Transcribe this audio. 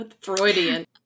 Freudian